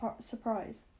surprise